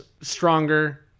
stronger